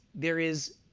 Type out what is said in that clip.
there is